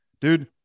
dude